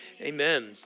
Amen